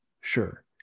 Sure